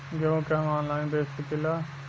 गेहूँ के हम ऑनलाइन बेंच सकी ला?